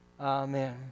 Amen